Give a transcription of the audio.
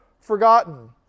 forgotten